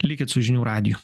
likit su žinių radiju